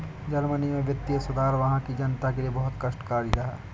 Germany में वित्तीय सुधार वहां की जनता के लिए बहुत कष्टकारी रहा